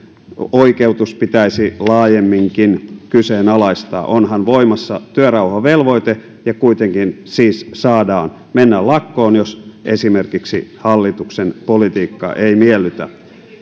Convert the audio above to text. oikeutus pitäisi laajemminkin kyseenalaistaa onhan voimassa työrauhavelvoite ja kuitenkin siis saadaan mennä lakkoon jos esimerkiksi hallituksen politiikka ei miellytä